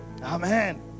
Amen